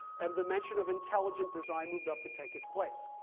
and the mention of intelligent design moved up to take its place.